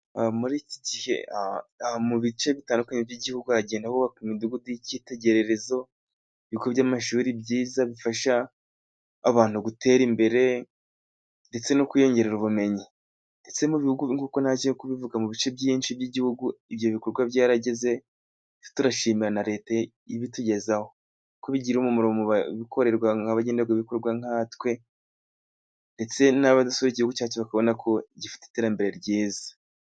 Muri iki gihe mu bice bitandukanye by'Igihugu hagenda hubakwa imidugu y'ikitegererezo, ibigo by'amashuri byiza bifasha abantu gutera imbere, ndetse no kwiyongerera ubumenyi. Ndetse nk'uko naje kubivuga mu bice byinshi by'Igihugu ibyo bikorwa byarageze, turashimira na Leta ibitugezaho kuko bigira umumaro, mu bikorerwa nk'abagenerwabikorwa nkatwe. Ndetse n'abasuye igihugu cyacu bakabona ko gifite iterambere ryiza.